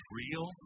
real